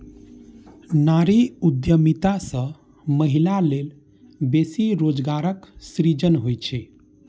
नारी उद्यमिता सं महिला लेल बेसी रोजगारक सृजन होइ छै